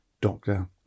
doctor